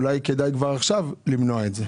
אולי כדי כבר עכשיו למנוע את זה.